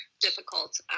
difficult